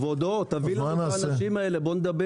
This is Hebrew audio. כבודו, בוא נדבר.